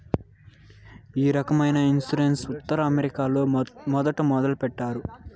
ఈ రకమైన ఇన్సూరెన్స్ ఉత్తర అమెరికాలో మొదట మొదలుపెట్టినారు